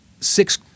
six